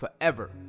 forever